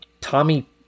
Tommy